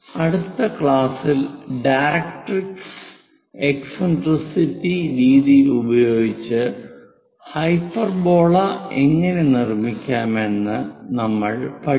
അടുത്ത ക്ലാസ്സിൽ directrix eccentricity രീതി ഉപയോഗിച്ച് ഹൈപ്പർബോള എങ്ങനെ നിർമ്മിക്കാമെന്ന് നമ്മൾ പഠിക്കും